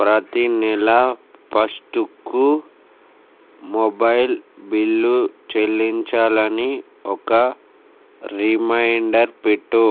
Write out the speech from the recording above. ప్రతీ నెల ఫస్టుకు మొబైల్ బిల్లు చెల్లించాలని ఒక రిమైండర్ పెట్టు